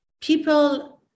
people